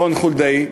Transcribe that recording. רון חולדאי?